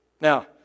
Now